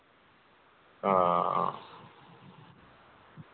हां